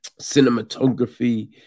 Cinematography